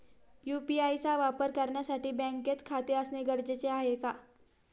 UPI चा वापर करण्यासाठी बँकेत खाते असणे गरजेचे आहे का?